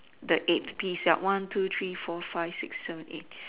the eighth piece ya one two three four five six seven eight